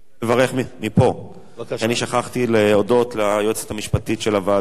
אני שכחתי להודות ליועצת המשפטית של הוועדה,